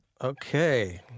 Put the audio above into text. Okay